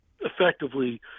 effectively